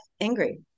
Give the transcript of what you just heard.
angry